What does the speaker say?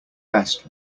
best